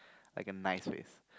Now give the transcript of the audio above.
like a nice face